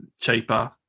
cheaper